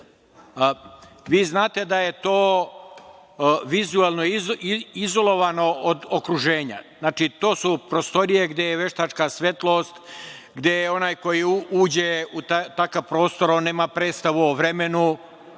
znate da je to vizuelno izolovano od okruženja. Znači, to su prostorije gde je veštačka svetlost, gde je onaj ko uđe u takav prostor on nema predstavu o vremenu,